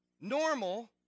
Normal